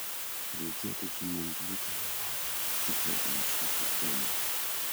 reikėtų sumontuoti laivagalyje kitą lęšių sistemą